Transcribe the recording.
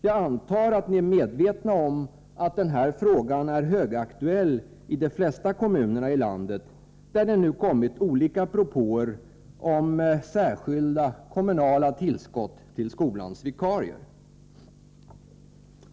Jag antar att ni är medvetna om att den här frågan är högaktuell i de flesta kommuner i landet, där det nu kommit olika propåer om särskilda kommunala tillskott till skolans vikarier.